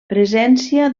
presència